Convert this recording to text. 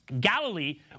Galilee